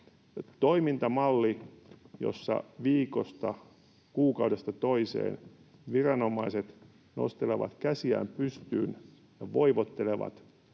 Toimintamalli, jossa viikosta, kuukaudesta toiseen viranomaiset nostelevat käsiään pystyyn ja voivottelevat